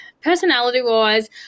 Personality-wise